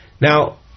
Now